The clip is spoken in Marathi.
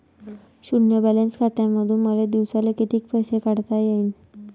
शुन्य बॅलन्स खात्यामंधून मले दिवसाले कितीक पैसे काढता येईन?